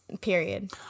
period